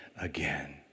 again